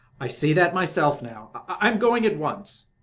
i see that myself now. i am going at once.